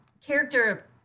character